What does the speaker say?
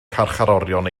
carcharorion